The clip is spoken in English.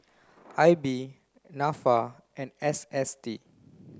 I B NAFA and S S T